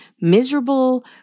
miserable